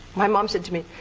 my mom said to me,